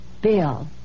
Bill